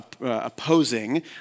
opposing